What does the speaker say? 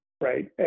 Right